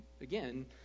again